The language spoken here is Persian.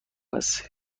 هستی